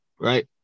right